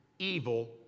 evil